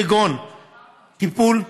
כגון טיפול,